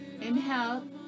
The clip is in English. Inhale